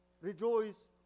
Rejoice